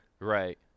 Right